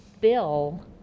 Bill